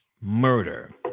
murder